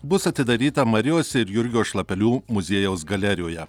bus atidaryta marijos ir jurgio šlapelių muziejaus galerijoje